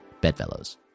Bedfellows